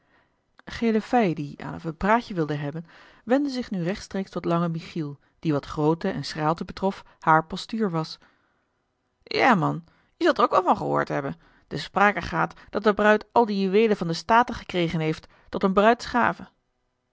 gele fij die alevel een praatje wilde hebben wendde zich nu rechtstreeks tot langen michiel die wat grootte en schraalte betrof haar portuur was ja man je zult er ook wel van gehoord hebben de sprake gaat dat de bruid al die juweelen van de staten gekregen heeft tot eene